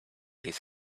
his